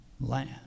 land